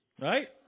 Right